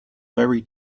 very